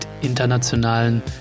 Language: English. internationalen